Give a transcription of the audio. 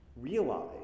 realize